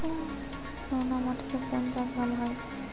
নোনা মাটিতে কোন চাষ ভালো হয়?